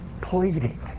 pleading